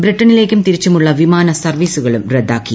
ബ്രിട്ടനിലേക്കും തിരിച്ചുമുള്ള വിമാന സർവീസുകളും റദ്ദാക്കി